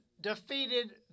defeated